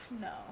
no